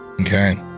Okay